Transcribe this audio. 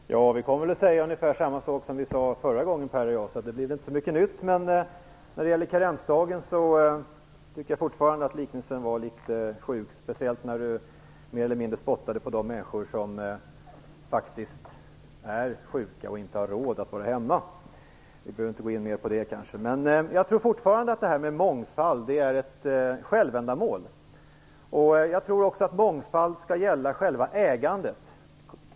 Herr talman! Vi kommer nog att säga ungefär samma sak som vi sade förra gången Per Westerberg och jag, så det blir inte så mycket nytt. När det gäller karensdagen tycker jag fortfarande att liknelsen var litet sjuk, speciellt när Per Westerberg mer eller mindre spottade på de människor som faktiskt är sjuka och inte har råd att vara hemma. Jag tror fortfarande att mångfald är ett självändamål. Jag tycker att mångfald skall gälla själva ägandet.